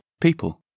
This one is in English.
people